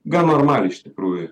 gan normaliai iš tikrųjų